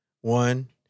one